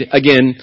again